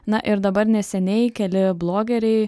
na ir dabar neseniai keli blogeriai